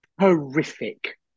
horrific